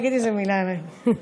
תגידי איזו מילה עליי.